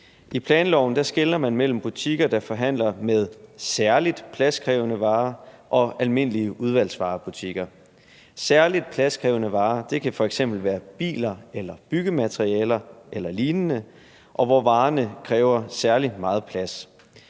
I planloven skelner man mellem butikker, der forhandler med særligt pladskrævende varer og almindelige udvalgsvarebutikker. Særligt pladskrævende varer kan f.eks. være biler eller byggematerialer eller lignende, hvor varerne kræver særlig meget plads.